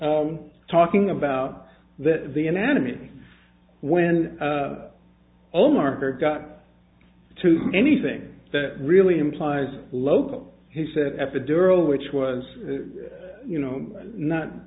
was talking about that the anatomy when omar got to anything that really implies local he said epidural which was you know not